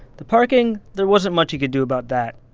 the parking there wasn't much he could do about that.